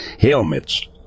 helmets